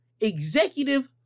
executive